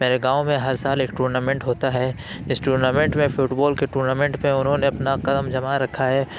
میرے گاؤں میں ہر سال ایک ٹورنامنٹ ہوتا ہے اس ٹورنامنٹ میں فٹبال کے ٹورنامنٹ میں انہوں نے اپنا قدم جما رکھا ہے